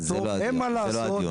אין מה לעשות,